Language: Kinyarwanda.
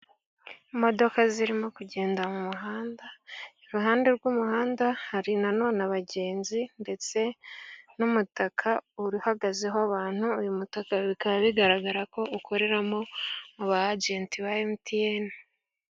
Imodoka zirimo kugenda mu muhanda, iruhande rw'umuhanda hari nanone abagenzi ndetse n'umutaka uhagazeho abantu, uyu mutaka bikaba bigaragara ko ukoreramo aba ajenti ba emutiyeni.